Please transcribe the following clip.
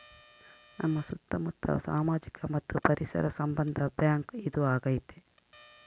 ನಮ್ ಸುತ್ತ ಮುತ್ತ ಸಾಮಾಜಿಕ ಮತ್ತು ಪರಿಸರ ಸಂಬಂಧ ಬ್ಯಾಂಕ್ ಇದು ಆಗೈತೆ